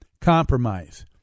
Compromise